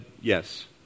yes